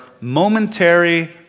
momentary